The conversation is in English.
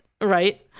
right